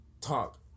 talk